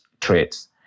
traits